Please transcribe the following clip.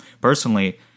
Personally